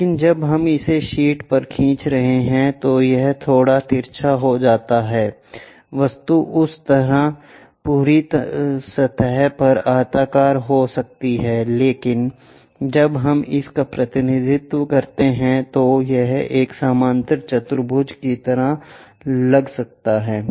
लेकिन जब हम इसे शीट पर खींच रहे हैं तो यह थोड़ा तिरछा हो सकता है वस्तु उस ऊपरी सतह पर आयताकार हो सकती है लेकिन जब हम इसका प्रतिनिधित्व कर रहे हैं तो यह एक समांतर चतुर्भुज की तरह लग सकता है